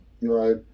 right